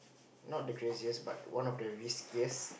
not the craziest but one of the riskiest